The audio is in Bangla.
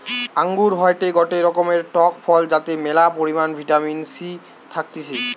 আঙ্গুর হয়টে গটে রকমের টক ফল যাতে ম্যালা পরিমাণে ভিটামিন সি থাকতিছে